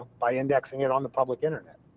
by indexing it on the public internet.